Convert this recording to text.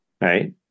Right